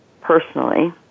personally